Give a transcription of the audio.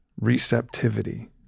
receptivity